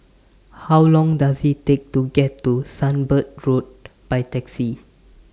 How Long Does IT Take to get to Sunbird Road By Taxi